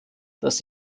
dass